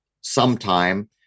sometime